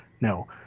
no